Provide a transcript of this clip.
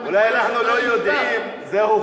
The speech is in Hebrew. דרך התורה?